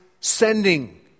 sending